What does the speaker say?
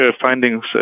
findings